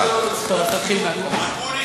לא חשוב שמות.